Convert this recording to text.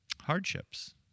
hardships